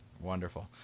Wonderful